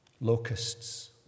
Locusts